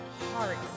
hearts